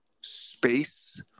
space